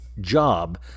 job